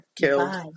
killed